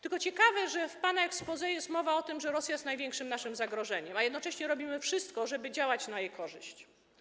Tylko ciekawe, że w pana exposé jest mowa o tym, że Rosja jest największym naszym zagrożeniem, a jednocześnie robimy wszystko, żeby działać na jej korzyść.